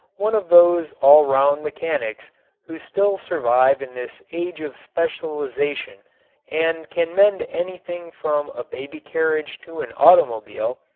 one of those all-round mechanics who still survive in this age of specialization and can mend anything from a baby-carriage to an automobile,